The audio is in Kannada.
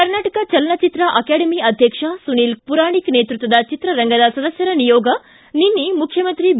ಕರ್ನಾಟಕ ಚಲನಚಿತ್ರ ಅಕಾಡೆಮಿ ಅಧ್ಯಕ್ಷ ಸುನೀಲ್ ಪುರಾಣಿಕ್ ನೇತೃತ್ವದ ಚಿತ್ರರಂಗದ ಸದಸ್ಯರ ನಿಯೋಗ ನಿನ್ನೆ ಮುಖ್ಯಮಂತ್ರಿ ಬಿ